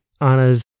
Anna's